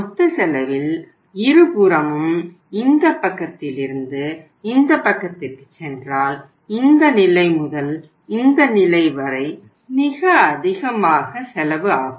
மொத்த செலவில் இருபுறமும் இந்த பக்கத்திலிருந்து இந்த பக்கத்திற்குச் சென்றால் இந்த நிலை முதல் இந்த நிலை வரை மிக அதிகமாக செலவு ஆகும்